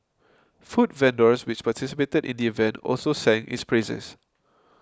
food vendors which participated in the event also sang its praises